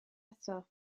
eto